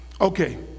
Okay